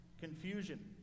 confusion